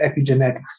epigenetics